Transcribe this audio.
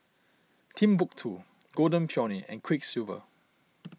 Timbuk two Golden Peony and Quiksilver